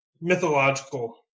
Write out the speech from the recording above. mythological